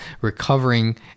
recovering